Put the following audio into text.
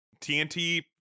TNT